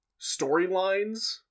storylines